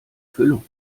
füllung